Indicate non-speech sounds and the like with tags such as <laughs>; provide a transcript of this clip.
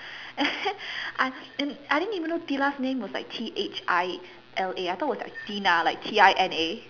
and then <laughs> I and I didn't even know thila's name was like T H I L A I thought was like Tina like T I N A